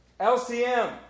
LCM